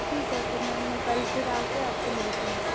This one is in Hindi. ठीक है तो मैम मैं कल फिर आकर आपसे मिलती हूँ